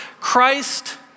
Christ